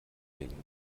reling